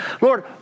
Lord